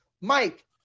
Mike